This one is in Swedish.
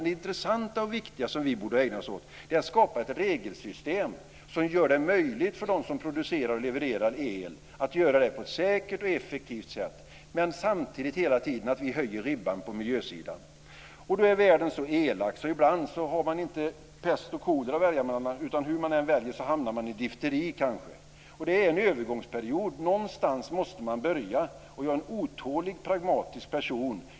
Det intressanta och viktiga är att skapa ett regelsystem som gör det möjligt för dem som producerar och levererar el att göra det säkert och effektivt, men samtidigt ska ribban på miljösidan hela tiden höjas. Då är världen så elak att det ibland inte är fråga om att välja mellan pest och kolera, utan hur man än väljer hamnar man i difteri. Det är en övergångsperiod. Någonstans måste man börja. Jag är en otålig pragmatisk person.